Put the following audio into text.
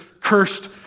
cursed